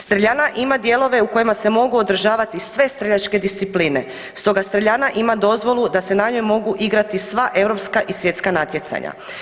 Streljana ima dijelove u kojima se mogu održavati sve streljačke discipline, stoga streljana ima dozvolu da se na njoj mogu igrati sva europska i svjetska natjecanja.